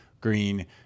green